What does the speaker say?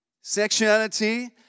Sexuality